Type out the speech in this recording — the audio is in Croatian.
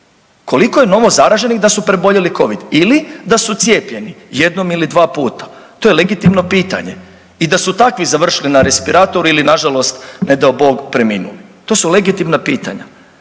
koliko je novozaraženih da su preboljeli covid ili da su cijepljeni jednom ili dva puta, to je legitimno pitanje i da su takvi završili na respiratoru ili nažalost ne dao Bog preminuo. To su legitimna pitanja.